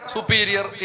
Superior